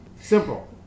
Simple